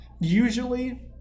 usually